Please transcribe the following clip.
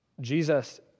Jesus